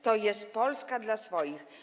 To jest Polska dla swoich.